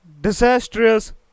disastrous